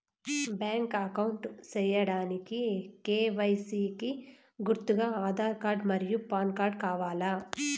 Bank account సేయడానికి KYC కి గుర్తుగా ఆధార్ కార్డ్ మరియు పాన్ కార్డ్ కావాలా?